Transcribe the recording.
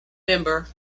member